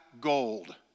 gold